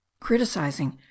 criticizing